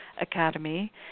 academy